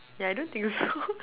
yeah I don't think so